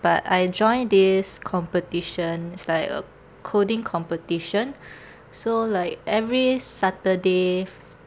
but I join this competition it's like a coding competition so like every saturday